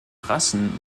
rassen